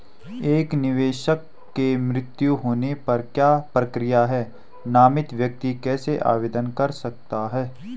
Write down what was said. एक निवेशक के मृत्यु होने पर क्या प्रक्रिया है नामित व्यक्ति कैसे आवेदन कर सकता है?